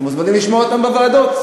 אתם מוזמנים לשמוע אותם בוועדות.